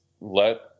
let